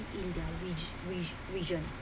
in their re~ re~ region